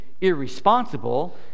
irresponsible